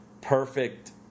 perfect